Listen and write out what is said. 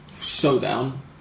showdown